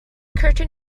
curtain